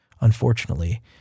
Unfortunately